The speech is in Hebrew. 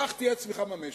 כך תהיה צמיחה ישירה במשק.